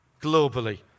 globally